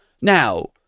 now